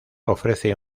ofrece